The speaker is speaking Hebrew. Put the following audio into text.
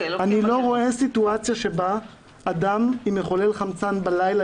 אני לא רואה סיטואציה שבה אדם עם מחולל חמצן בלילה,